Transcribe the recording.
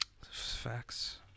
Facts